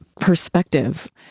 perspective